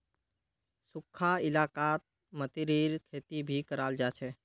सुखखा इलाकात मतीरीर खेती भी कराल जा छे